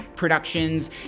productions